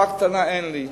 קופה קטנה אין לי.